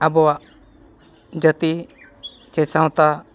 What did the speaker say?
ᱟᱵᱚᱣᱟᱜ ᱡᱟᱹᱛᱤ ᱥᱮ ᱥᱟᱶᱛᱟ